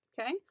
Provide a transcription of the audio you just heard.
okay